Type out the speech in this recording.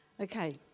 Okay